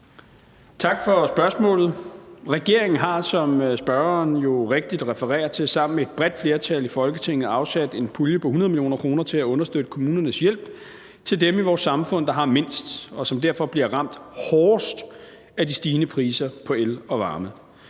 Tak for spørgsmålet. Regeringen har, som spørgeren jo rigtigt refererer til, sammen med et bredt flertal i Folketinget afsat en pulje på 100 mio. kr. til at understøtte kommunernes hjælp til dem i vores samfund, der har mindst, og som derfor bliver ramt hårdest af de stigende priser på el og varme.